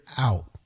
out